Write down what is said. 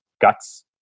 guts